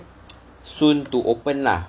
soon to open lah